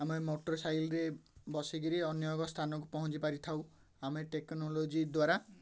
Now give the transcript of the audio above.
ଆମେ ମୋଟର ସାଇକଲରେ ବସିକିରି ଅନ୍ୟ ଏକ ସ୍ଥାନକୁ ପହଞ୍ଚି ପାରିଥାଉ ଆମେ ଟେକ୍ନୋଲୋଜି ଦ୍ୱାରା